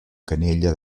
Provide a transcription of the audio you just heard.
canella